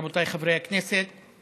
רבותיי חברי הכנסת,